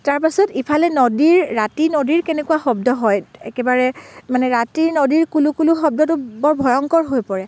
তাৰ পাছত ইফালে নদীৰ ৰাতি নদীৰ কেনেকুৱা শব্দ হয় একেবাৰে মানে ৰাতিৰ নদীৰ কুলুকুলু শব্দটো বৰ ভয়ংকৰ হৈ পৰে